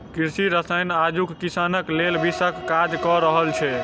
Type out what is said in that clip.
कृषि रसायन आजुक किसानक लेल विषक काज क रहल छै